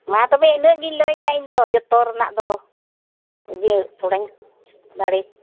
ᱢᱟ ᱛᱚᱵᱮ ᱤᱱᱟᱹᱜ ᱜᱤᱧ ᱞᱟᱹᱭᱮᱫᱟ ᱤᱧᱫᱚ ᱡᱚᱛᱚ ᱨᱮᱱᱟᱜ ᱫᱚ ᱤᱭᱟᱹ ᱛᱷᱚᱲᱟᱧ ᱫᱟᱲᱮ